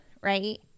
Right